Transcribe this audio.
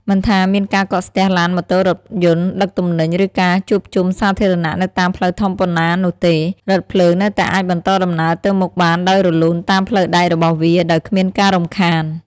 មិនថាមានការកកស្ទះឡាន ម៉ូតូ រថយន្តដឹកទំនិញ ឬការជួបជុំសាធារណៈនៅតាមផ្លូវធំប៉ុណ្ណានោះទេ រថភ្លើងនៅតែអាចបន្តដំណើរទៅមុខបានដោយរលូនតាមផ្លូវដែករបស់វា ដោយគ្មានការរំខាន។